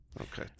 Okay